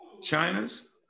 China's